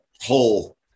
whole